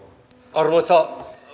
arvoisa